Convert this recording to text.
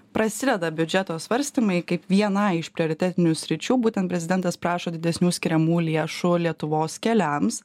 prasideda biudžeto svarstymai kaip viena iš prioritetinių sričių būtent prezidentas prašo didesnių skiriamų lėšų lietuvos keliams